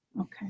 Okay